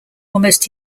almost